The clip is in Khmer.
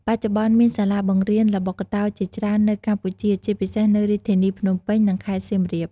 បច្ចុប្បន្ន មានសាលាបង្រៀនល្បុក្កតោជាច្រើននៅកម្ពុជា ជាពិសេសនៅរាជធានីភ្នំពេញ និងខេត្តសៀមរាប។